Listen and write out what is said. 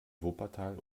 wuppertal